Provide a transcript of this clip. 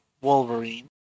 Wolverine